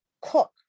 cook